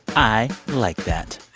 i like that.